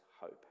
hope